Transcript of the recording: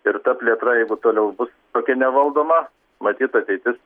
ir ta plėtra jeigu toliau bus tokia nevaldoma matyt ateitis